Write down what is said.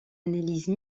analyse